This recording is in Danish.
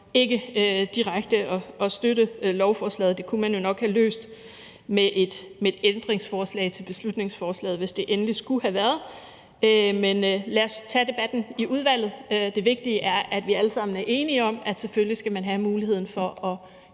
ikke direkte at støtte beslutningsforslaget. Det kunne man jo nok have løst med et ændringsforslag til beslutningsforslaget, hvis det endelig skulle have været. Men lad os tage debatten i udvalget. Det vigtige er, at vi alle sammen er enige om, at man selvfølgelig skal have muligheden for at